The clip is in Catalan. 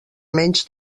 menys